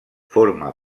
forma